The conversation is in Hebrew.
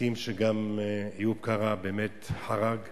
חושב שאת ההלכה של רהט צריך